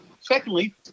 Secondly